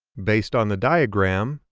based on the diagram,